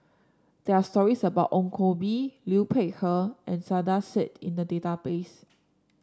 there are stories about Ong Koh Bee Liu Peihe and Saiedah Said in the database